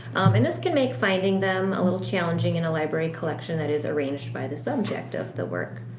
and this can make finding them a little challenging in a library collection that is arranged by the subject of the work.